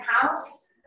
house